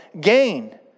gain